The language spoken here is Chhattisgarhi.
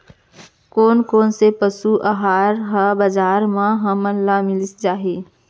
कोन कोन से पसु आहार ह बजार म हमन ल मिलिस जाही?